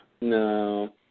No